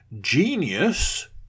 Genius